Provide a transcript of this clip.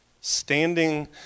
Standing